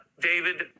David